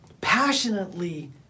passionately